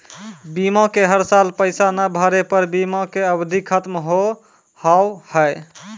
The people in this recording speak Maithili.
बीमा के हर साल पैसा ना भरे पर बीमा के अवधि खत्म हो हाव हाय?